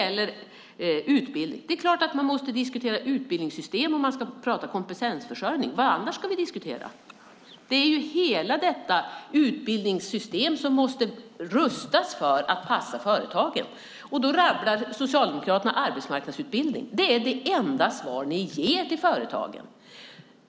Sedan är det klart att man måste diskutera utbildningssystem om man ska prata kompetensförsörjning. Vad ska vi annars diskutera? Det är ju hela detta utbildningssystem som måste rustas för att passa företagen. Då rabblar Socialdemokraterna arbetsmarknadsutbildning. Det är det enda svar ni ger till företagen.